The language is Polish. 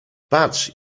patrz